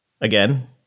again